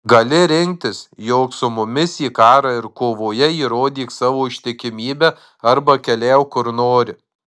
gali rinktis jok su mumis į karą ir kovoje įrodyk savo ištikimybę arba keliauk kur nori